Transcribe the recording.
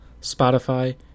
Spotify